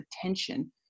attention